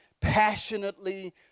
passionately